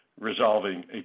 resolving